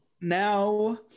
Now